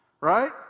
right